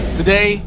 today